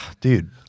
Dude